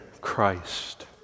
Christ